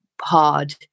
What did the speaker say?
hard